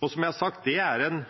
Som jeg har sagt, er det en